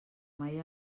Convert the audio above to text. mai